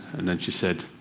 and then she said